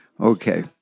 Okay